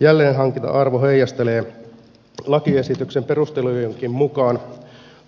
jälleenhankinta arvo heijastelee lakiesityksen perustelujenkin mukaan